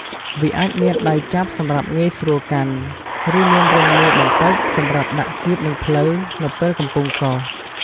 វាអាចមានដៃចាប់សម្រាប់ងាយស្រួលកាន់ ឬមានរាងមូលបន្តិចសម្រាប់ដាក់គៀបនឹងភ្លៅនៅពេលកំពុងកោស។